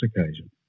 occasion